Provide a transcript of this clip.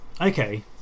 okay